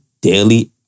daily